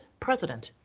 president